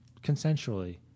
consensually